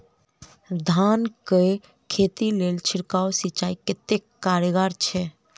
धान कऽ खेती लेल छिड़काव सिंचाई कतेक कारगर छै?